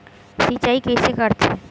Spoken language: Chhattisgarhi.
सिंचाई कइसे करथे?